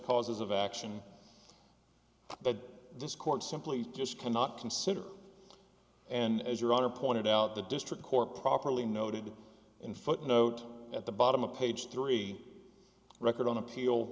causes of action that this court simply just cannot consider and as your honor pointed out the district court properly noted in footnote at the bottom of page three record on appeal